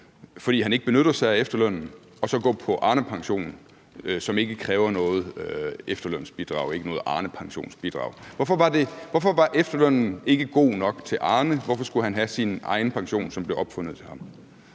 fordi han ikke benytter sig af efterlønnen, og så gå på Arnepension, som ikke kræver noget efterlønsbidrag og ikke noget Arnepensionsbidrag? Hvorfor var efterlønnen ikke god nok til Arne? Hvorfor skulle han have sin egen pension, som blev opfundet til ham?